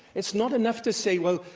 it's not enough to say, well,